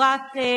איך לא?